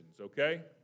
okay